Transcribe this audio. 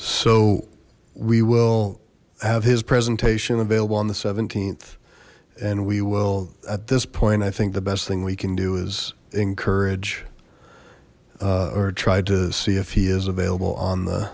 so we will have his presentation available on the th and we will at this point i think the best thing we can do is encourage or try to see if he is available on the